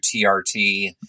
TRT